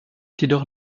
jedoch